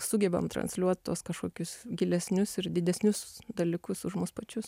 sugebam transliuotos kažkokius gilesnius ir didesnius dalykus už mus pačius